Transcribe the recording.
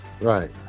Right